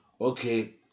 okay